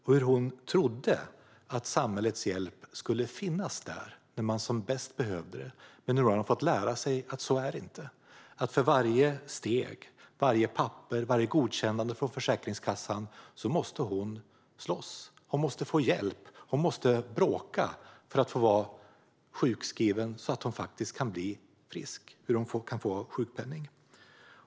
Hon trodde att samhällets hjälp skulle finnas där när hon som bäst behövde den, men hon har fått lära sig att så är det inte, att för varje steg - varje papper, varje godkännande från Försäkringskassan - måste hon slåss. Hon måste få hjälp. Hon måste bråka för att få vara sjukskriven och få sjukpenning så att hon kan bli frisk.